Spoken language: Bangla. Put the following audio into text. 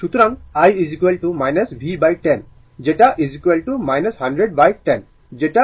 সুতরাং i v10 যেটা 10010 যেটা 10 অ্যাম্পিয়ার